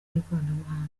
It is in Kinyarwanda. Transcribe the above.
n’ikoranabuhanga